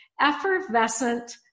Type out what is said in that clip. effervescent